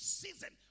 season